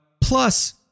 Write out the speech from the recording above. Plus